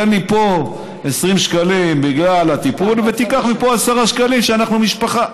תן מפה 20 שקלים בגלל הטיפול ותיקח מפה 10 שקלים כי אנחנו משפחה.